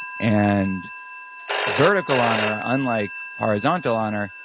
and vertical honor, ah unlike horizontal honor,